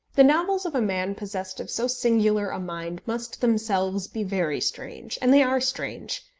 the novels of a man possessed of so singular a mind must themselves be very strange and they are strange.